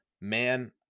man